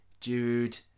Jude